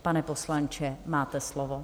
Pane poslanče, máte slovo.